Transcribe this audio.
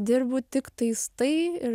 dirbu tiktais tai ir